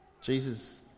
Jesus